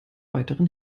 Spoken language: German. weiteren